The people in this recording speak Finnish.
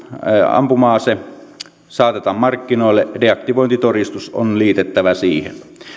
ampuma ase saatetaan markkinoille deaktivointitodistus on liitettävä siihen